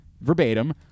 verbatim